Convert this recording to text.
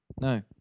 No